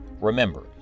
Remember